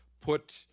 put